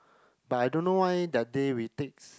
but I don't know why that day we takes